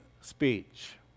speech